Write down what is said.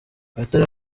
abatari